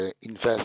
invest